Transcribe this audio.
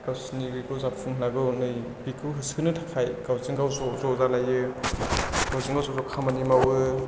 गावसिनि बेखौ जाफुंहोनांगौ नै बेखौ होसोनो थाखाय गावजों गाव ज' ज' जालायो गावजों गाव ज' ज' खामानि मावो